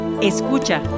Escucha